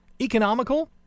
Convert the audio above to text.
Economical